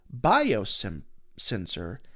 biosensor